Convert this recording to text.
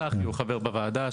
צחי הוא חבר בוועדה,